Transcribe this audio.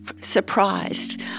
surprised